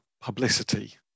publicity